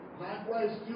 Likewise